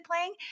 playing